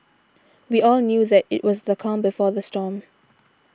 we all knew that it was the calm before the storm